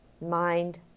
mind